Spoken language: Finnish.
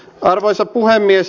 arvoisa puhemies